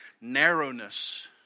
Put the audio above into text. narrowness